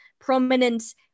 prominent